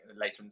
later